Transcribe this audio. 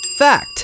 Fact